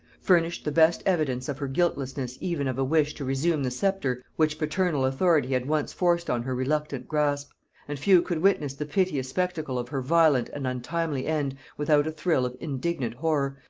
furnished the best evidence of her guiltlessness even of a wish to resume the sceptre which paternal authority had once forced on her reluctant grasp and few could witness the piteous spectacle of her violent and untimely end, without a thrill of indignant horror,